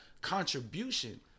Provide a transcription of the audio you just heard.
contribution